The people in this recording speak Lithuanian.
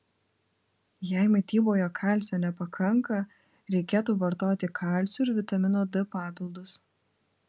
jei mityboje kalcio nepakanka reikėtų vartoti kalcio ir vitamino d papildus